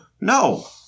No